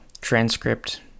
transcript